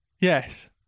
Yes